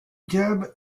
diable